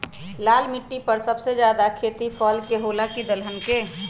लाल मिट्टी पर सबसे ज्यादा खेती फल के होला की दलहन के?